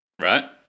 right